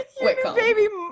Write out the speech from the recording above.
baby